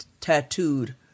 tattooed